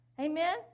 Amen